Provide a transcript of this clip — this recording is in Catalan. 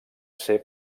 ser